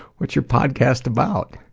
what's your podcast about?